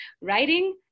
writing